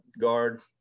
guard